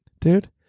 dude